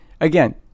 again